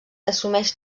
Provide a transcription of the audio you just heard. assumeix